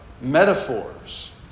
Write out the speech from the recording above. metaphors